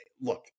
look